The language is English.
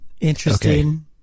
Interesting